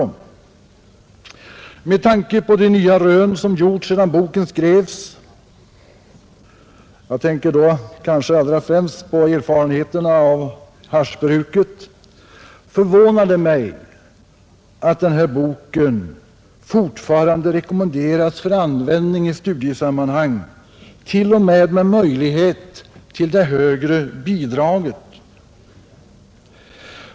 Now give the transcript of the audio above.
Med tanke på de nya rön som gjorts sedan boken skrevs — jag tänker då främst på erfarenheterna av haschbruket — förvånar det mig att denna bok fortfarande rekommenderas för användning i studiesammanhang, t.o.m. med möjlighet till det högre bidraget.